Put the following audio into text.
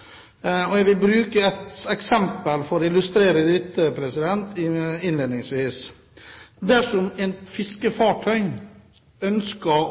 og ikke minst, er unødvendige. Jeg vil bruke et eksempel for å illustrere dette innledningsvis: Dersom et fiskefartøy ønsker